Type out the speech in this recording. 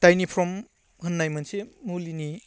डाइनिप्रम होन्नाय मोनसे मुलिनि